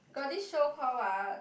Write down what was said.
got this show call what ah